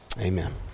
Amen